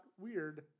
weird